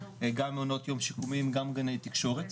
גם ממעונות יום שיקומיים וגם גני תקשורת,